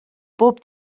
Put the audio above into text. bob